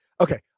Okay